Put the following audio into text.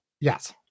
Yes